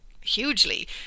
hugely